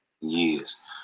years